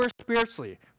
spiritually